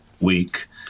week